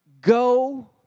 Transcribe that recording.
go